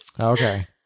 Okay